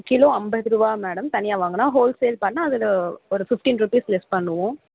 kilo ஐம்பது ரூபாய் madam தனியாக ஹோல் சேல் பண்ணணுனா அதில் ஒரு ஃபிஃப்டின் ருபீஸ் லெஸ் பண்ணுவோம்